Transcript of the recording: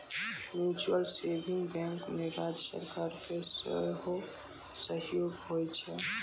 mutual saving बैंको मे राज्य सरकारो के सेहो सहयोग होय छै